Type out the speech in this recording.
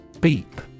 Beep